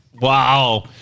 wow